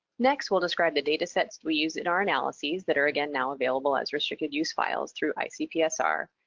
next we'll describe the data sets we use in our analyses, that are again, now available as restricted use files through icpsr.